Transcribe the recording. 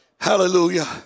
Hallelujah